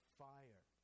fire